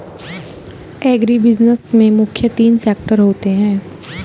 agribusiness में मुख्य तीन सेक्टर होते है